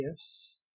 Yes